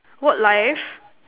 work life